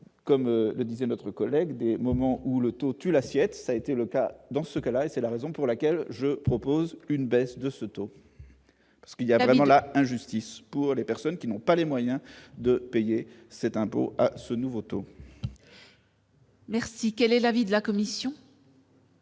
comme le disait notre collègue de moments où l'auto, tu l'assiette, ça a été le cas dans ce cas-là, et c'est la raison pour laquelle je propose une baisse de ce taux, ce qu'il y avait dans la injustice pour les personnes qui n'ont pas les moyens de payer cet impôt ce nouveau taux. Merci, quel est l'avis de la commission.